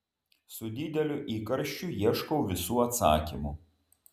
su dideliu įkarščiu ieškau visų atsakymų